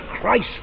Christ